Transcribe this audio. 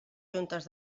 juntes